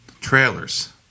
trailers